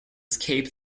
escape